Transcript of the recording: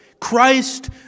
Christ